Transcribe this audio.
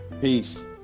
Peace